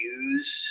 use